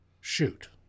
shoot